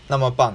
那么棒